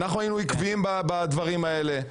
אנחנו היינו עקביים בדברים האלה.